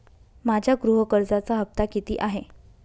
माझ्या गृह कर्जाचा हफ्ता किती आहे?